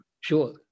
sure